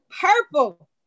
purple